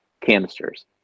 canisters